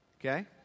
okay